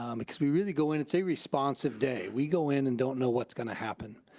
um because we really go in, it's a responsive day. we go in and don't know what's gonna happen